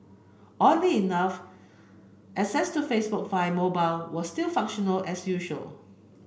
oddly enough access to Facebook via mobile was still functional as usual